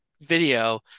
video